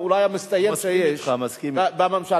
אולי המצטיין שיש בממשלה,